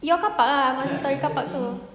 your carpark ah multi storey carpark tu